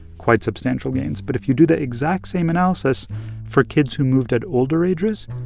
quite substantial gains but if you do the exact same analysis for kids who moved at older ages,